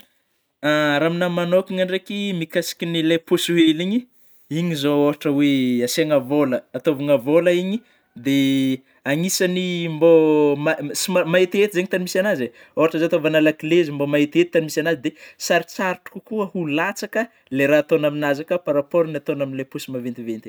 Raha aminahy manôkana ndraiky, mikasika ny ilay paosy hely igny, igny zao ôhatry oe asiana vôla, ataovana vôla igny dia anisany mbô somary ma-mahetihety zany misy an'azy e ,ôhatra zao atovana lakile izy mbô mahetihety tagny misy an'azy, dia sarotsarotra kokoa ho latsaka lay raha atao amin'azy ka par rapport amin'ilay paosy maventiventy.